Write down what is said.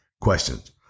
questions